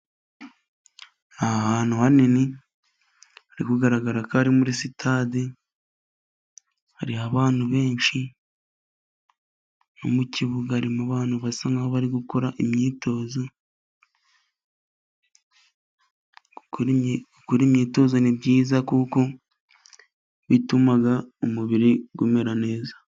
Ahantu hanini hari kugaragara ko ari muri sitade, hariho abantu benshi, no mu kibiga harimo abantu basa nkaho bari gukora imyitozo, gukora imyitozo ni byiza kuko bituma umubiri umera neza.